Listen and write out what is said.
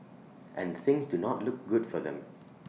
and things do not look good for them